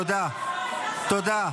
תודה.